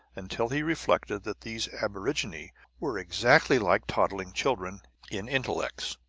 until he reflected that these aborigines were exactly like toddling children in intellects.